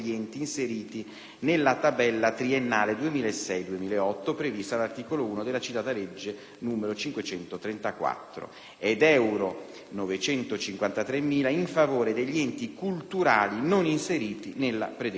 nella tabella triennale 2006-2008 prevista dall'articolo 1 della citata legge n. 534 e 953.000 euro in favore degli enti culturali non inseriti nella predetta tabella.